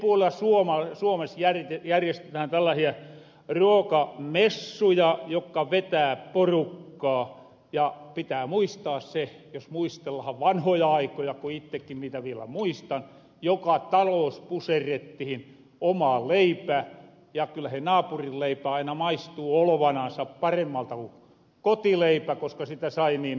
eri puolilla suomes järjestetään tällasia ruokamessuja jokka vetää porukkaa ja pitää muistaa se jos muistellahan vanhoja aikoja kun ittekin niitä vielä muistan että joka taloos puserrettihin oma leipä ja kyllä se naapurin leipä aina maistuu olovanansa paremmalta ku kotileipä koska sitä sai niin harvoon